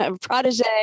protege